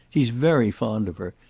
he's very fond of her.